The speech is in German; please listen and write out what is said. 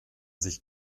sich